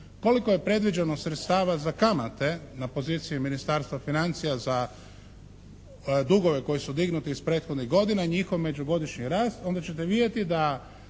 koliko je predviđeno sredstava za kamate na poziciji Ministarstva financija za dugove koji su dignuti iz prethodnih godina i njihov međugodišnji rast onda ćete vidjeti da